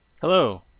Hello